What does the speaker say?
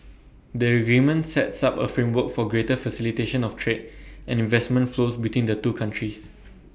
the agreement sets up A framework for greater facilitation of trade and investment flows between the two countries